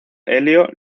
helio